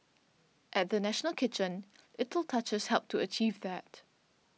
at the National Kitchen little touches helped to achieve that